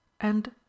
And